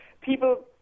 People